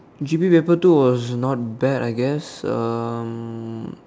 G_P paper two was not bad I guess um